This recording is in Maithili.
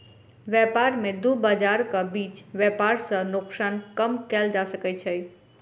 व्यापार में दू बजारक बीच व्यापार सॅ नोकसान कम कएल जा सकै छै